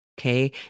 Okay